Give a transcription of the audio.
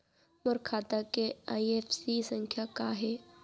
मोर खाता के आई.एफ.एस.सी संख्या का हे?